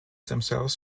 themselves